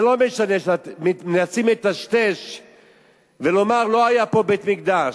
לא משנה שמנסים לטשטש ולומר: לא היה פה בית-מקדש.